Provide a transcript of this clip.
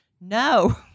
no